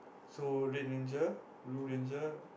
so red ranger blue ranger